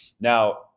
Now